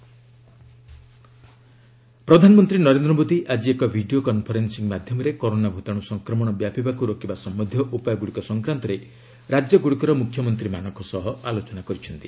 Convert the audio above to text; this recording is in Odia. ପିଏମ୍ ଇକ୍ଝରଆକସନ ପ୍ରଧାନମନ୍ତ୍ରୀ ନରେନ୍ଦ୍ର ମୋଦୀ ଆଜି ଏକ ଭିଡ଼ିଓ କନଫରେନ୍ନିଂ ମାଧ୍ୟମରେ କରୋନା ଭୂତାଣୁ ସଂକ୍ରମଣ ବ୍ୟାପିବାକୁ ରୋକିବା ସମ୍ଭନ୍ଧୀୟ ଉପାୟଗୁଡ଼ିକ ସଂକ୍ରାନ୍ତରେ ରାଜ୍ୟଗୁଡ଼ିକର ମୁଖ୍ୟମନ୍ତ୍ରୀମାନଙ୍କ ସହ ଆଲୋଚନା କରିଛନ୍ତି